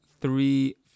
three